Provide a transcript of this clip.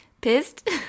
pissed